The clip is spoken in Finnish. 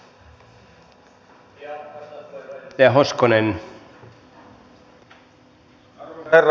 arvoisa herra puhemies